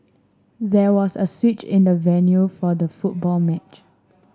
there was a switch in the venue for the football match